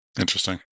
Interesting